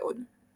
ועוד.